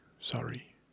sorry